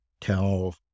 tell